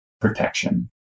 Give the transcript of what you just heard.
protection